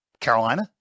Carolina